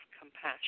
compassion